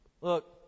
Look